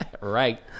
Right